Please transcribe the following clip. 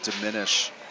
diminish